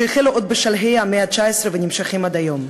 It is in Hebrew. שהחלו עוד בשלהי המאה ה-19 ונמשכים עד היום.